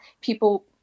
people